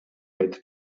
айтып